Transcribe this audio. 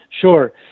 Sure